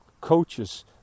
coaches